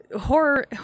horror